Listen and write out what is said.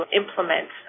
implement